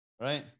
right